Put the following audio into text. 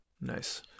Nice